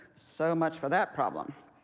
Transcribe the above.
so much for that problem.